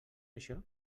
això